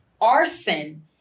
arson